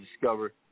discover